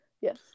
Yes